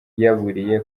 yaburiye